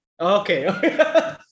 Okay